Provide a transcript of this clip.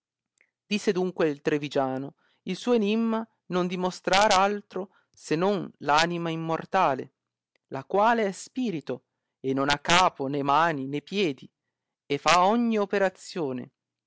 disse adunque il trivigiano il suo enimma non dimostrar altro se non anima immortale la quale è spirito e non ha capo né mani né piedi e fa ogni operazione